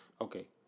Okay